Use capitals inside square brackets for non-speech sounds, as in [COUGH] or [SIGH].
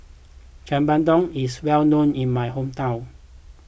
[UNINTELLIGIBLE] is well known in my hometown